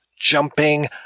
jumping